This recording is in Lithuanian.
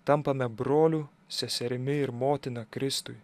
tampame broliu seserimi ir motina kristuj